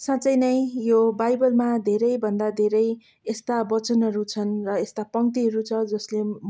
साँच्चै नै यो बाइबलमा धेरैभन्दा धेरै यस्ता वचनहरू छन् र यस्ता पङ्क्तिहरू छ जसले